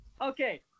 Okay